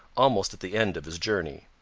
almost at the end of his journey.